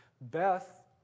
Beth